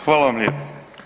Hvala vam lijepo.